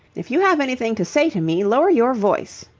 if you have anything to say to me, lower your voice.